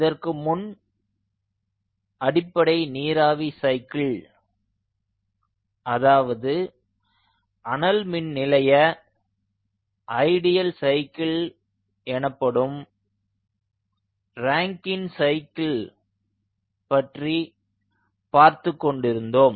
இதற்கு முன் அடிப்படை நீராவி சைக்கிள் அதாவது அனல் மின்நிலைய ஐடியல் சைக்கிள் எனப்படும் ராங்கின் சைக்கிள் பற்றி பார்த்துக்கொண்டிருந்தோம்